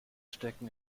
stecken